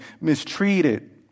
mistreated